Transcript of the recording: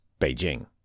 Beijing